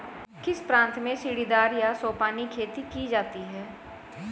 किस प्रांत में सीढ़ीदार या सोपानी खेती की जाती है?